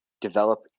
develop